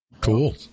Cool